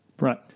Right